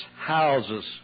houses